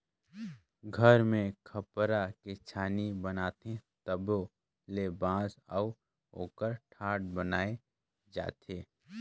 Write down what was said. घर मे खपरा के छानी बनाथे तबो ले बांस अउ ओकर ठाठ बनाये जाथे